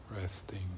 resting